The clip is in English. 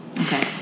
Okay